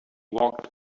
walked